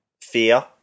fear